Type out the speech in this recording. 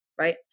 Right